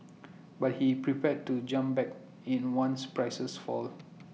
but he's prepared to jump back in once prices fall